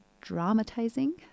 dramatizing